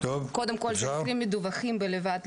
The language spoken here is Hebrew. אבל אלה מספרים ממש